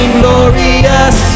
glorious